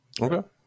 Okay